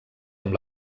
amb